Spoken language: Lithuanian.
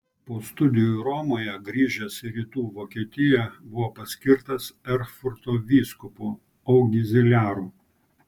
po studijų romoje grįžęs į rytų vokietiją buvo paskirtas erfurto vyskupu augziliaru